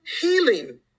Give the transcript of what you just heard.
healing